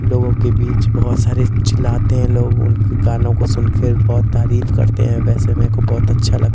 लोगो के बीच बहुत सारे चिल्लाते हैं लोग उनको गानों को सुन के बहुत तारीफ करते हैं वैसे मेरे को बहुत अच्छा लगता है